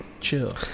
chill